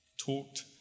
talked